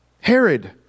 Herod